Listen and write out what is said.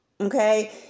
okay